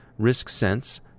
RiskSense